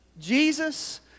Jesus